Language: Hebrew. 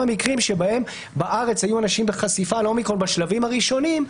מקרים שבהם בארץ היו אנשים בחשיפה לאומיקרון בשלבים הראשונים,